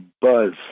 buzz